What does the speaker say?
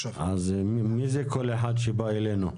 אז מי זה כל אחד שבא אליכם?